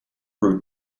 brew